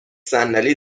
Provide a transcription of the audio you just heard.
صندلی